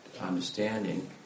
understanding